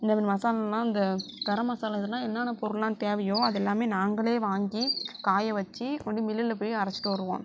இந்த மாதிரி மசாலால்லாம் இந்த கரம் மசாலா இதெல்லாம் என்னான்ன பொருள்லாம் தேவையோ அது எல்லாமே நாங்களே வாங்கி காய வச்சு கொண்டு மில்லில் போய் அரைச்சிட்டு வருவோம்